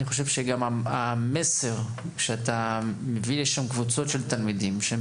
אני חושב שהמסר שאתה מביא לשם קבוצות של תלמידים והם